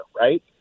Right